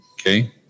Okay